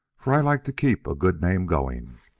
for i like to keep a good name going.